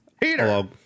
Peter